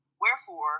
Wherefore